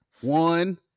one